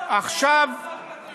למה אתה לא מנהל מאבק בטרור,